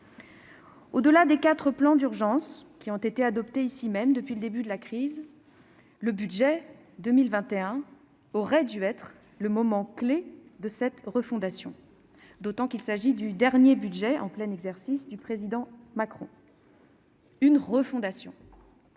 Au-delà des quatre plans d'urgence adoptés ici même depuis le début de la crise, le budget pour 2021 aurait dû être le moment clé de cette refondation, et ce d'autant plus qu'il s'agit du dernier budget en plein exercice du président Macron. Une refondation